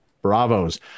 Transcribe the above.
bravos